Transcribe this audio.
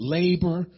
labor